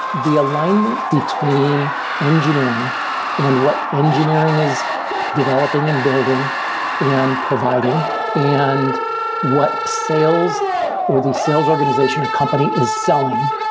the alignment between engineering and what engineering is developing and building and providing and what sales or the sales organization or company is selling,